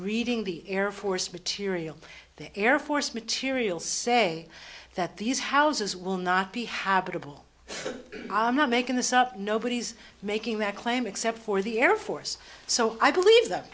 reading the air force material the air force material say that these houses will not be habitable i'm not making this up nobody's making that claim except for the air force so i believe that